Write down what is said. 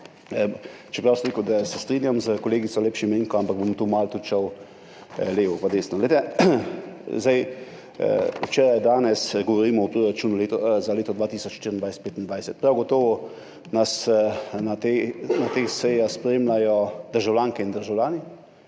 čeprav sem rekel, da se strinjam s kolegico Lep Šimenko, malo šel levo pa desno. Včeraj, danes govorimo o proračunu za leti 2024, 2025. Prav gotovo nas na teh sejah spremljajo državljanke in državljani,